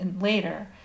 later